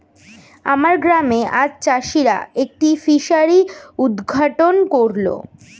আমার গ্রামে আজ চাষিরা একটি ফিসারি উদ্ঘাটন করল